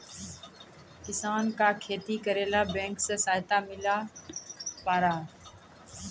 किसान का खेती करेला बैंक से सहायता मिला पारा?